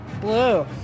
blue